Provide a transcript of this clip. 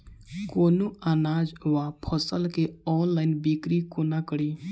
कोनों अनाज वा फसल केँ ऑनलाइन बिक्री कोना कड़ी?